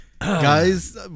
guys